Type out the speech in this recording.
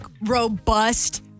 robust